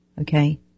okay